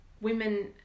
women